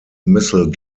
missile